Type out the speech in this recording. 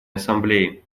ассамблеи